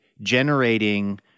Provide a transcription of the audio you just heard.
generating